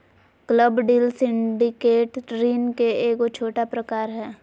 club deal syndicate ऋण के एगो छोटा प्रकार हय